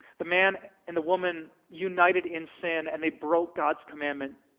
the man and the woman united in sin and they broke god's commandment